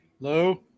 Hello